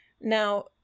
Now